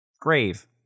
grave